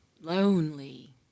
Lonely